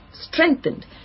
strengthened